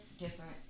different